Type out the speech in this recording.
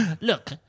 Look